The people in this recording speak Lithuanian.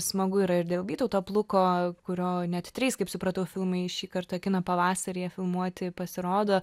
smagu yra ir dėl vytauto pluko kurio net trys kaip supratau filmai šį kartą kino pavasaryje filmuoti pasirodo